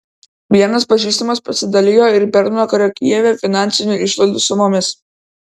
vienas pažįstamas pasidalijo ir bernvakario kijeve finansinių išlaidų sumomis